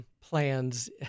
plans